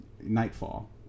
nightfall